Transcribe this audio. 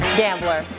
gambler